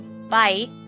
Bye